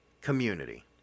community